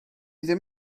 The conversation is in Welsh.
ddim